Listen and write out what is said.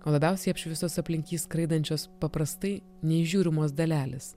o labiausiai apšviestos aplink jį skraidančios paprastai neįžiūrimos dalelės